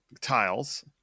tiles